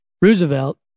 Roosevelt